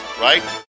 right